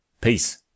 Peace